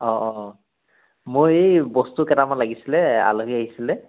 অ অ মই এই বস্তু কেইটামান লাগিছিলে আলহী আহিছিলে